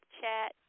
chat